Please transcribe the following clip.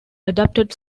adopted